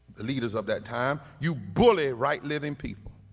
leaders of that time, you bully right living people,